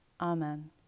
Amen